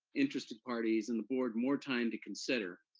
interested parties, and the board more time to consider.